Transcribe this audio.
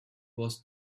was